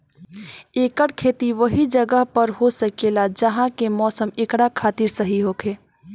एकर खेती ओहि जगह पर हो सकेला जहा के मौसम एकरा खातिर सही होखे